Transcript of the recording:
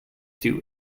too